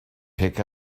pick